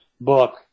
book